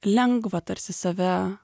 lengva tarsi save